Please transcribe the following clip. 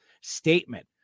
statement